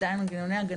וגם ההיבט המוסרי,